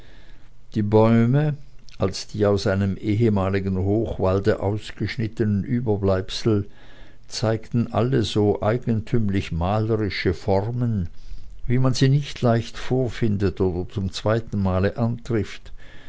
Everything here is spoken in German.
die bäume als die aus einem ehemaligen hochwalde ausgeschnittenen überbleibsel zeigten alle so eigentümlich malerische formen wie man sie nicht leicht vorfindet oder zum zweiten male antrifft